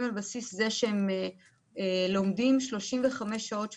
על בסיס זה שהם לומדים 35 שעות שבועיות.